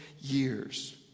years